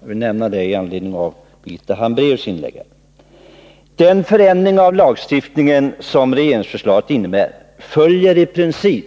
Jag vill nämna detta med anledning av Birgitta Hambraeus inlägg. Den förändring av lagstiftningen som regeringsförslaget innebär följer i princip